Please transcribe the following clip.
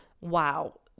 wow